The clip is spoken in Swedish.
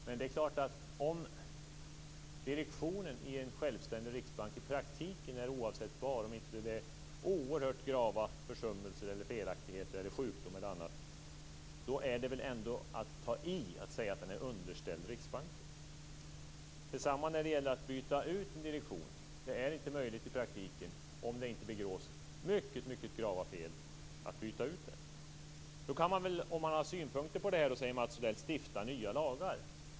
Men om direktionen i en självständig riksbank i praktiken är oavsättbar, utom vid oerhört grava försummelser, felaktigheter eller sjukdom, är det väl ändå att ta i att säga att den är underställd riksdagen. Det samma gäller i fråga om att byta ut en direktion. Det är inte möjligt i praktiken att byta ut den om det inte begås mycket grava fel. Om man har synpunkter på det här kan man, säger Mats Odell, stifta nya lagar.